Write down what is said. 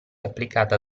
applicata